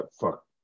Fuck